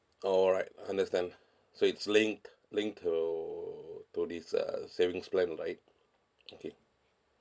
alright understand so it's linked linked to to this uh savings plan right okay